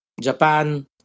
Japan